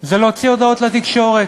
היא להוציא הודעות לתקשורת.